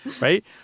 right